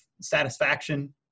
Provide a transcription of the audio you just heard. satisfaction